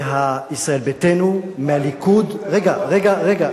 מישראל ביתנו, מהליכוד, רגע, רגע.